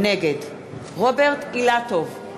נגד רוברט אילטוב,